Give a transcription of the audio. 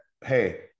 hey